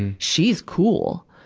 and she's cool.